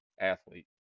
athlete